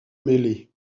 mêlée